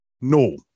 No